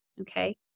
okay